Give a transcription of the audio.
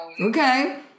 Okay